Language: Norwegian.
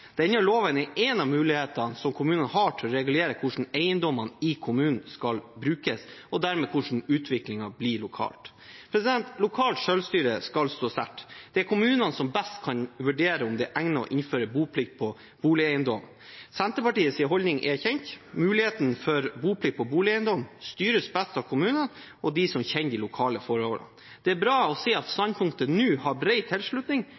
Denne loven er en av mulighetene som kommunene har til å regulere hvordan eiendommene i kommunen skal brukes, og dermed hvordan utviklingen blir lokalt. Lokalt selvstyre skal stå sterkt. Det er kommunene som best kan vurdere om det er egnet å innføre boplikt på boligeiendom. Senterpartiets holdning er kjent: Muligheten for boplikt på boligeiendom styres best av kommunene og de som kjenner de lokale forholdene. Det er bra å se at standpunktet nå har bred tilslutning